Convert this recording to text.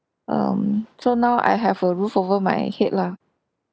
um so now I have a roof over my head lah